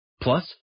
Plus